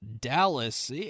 Dallas